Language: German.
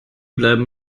bleiben